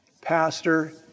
pastor